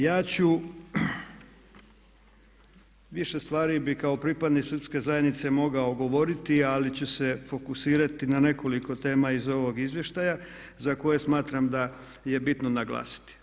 Ja ću, više stvari bi kao pripadnik srpske zajednice mogao govoriti ali ću se fokusirati na nekoliko tema iz ovog izvještaja za koje smatram da je bitno naglasiti.